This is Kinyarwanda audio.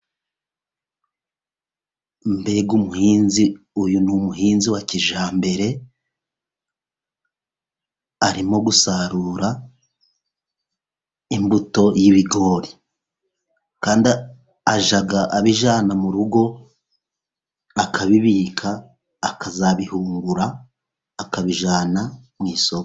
Mbega umuhinzi! uyu ni umuhinzi wa kijyambere, arimo gusarura imbuto y'ibigori, kandi ajya abijyana mu rugo, akabibika, akazabihungura, akabijyana mu isoko.